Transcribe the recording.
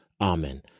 Amen